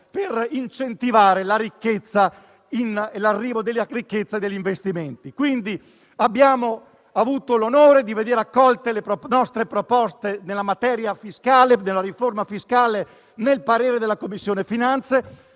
per incentivare l'arrivo della ricchezza e degli investimenti. Abbiamo avuto l'onore di vedere accolte le nostre proposte in materia di riforma fiscale nel parere della Commissione finanze.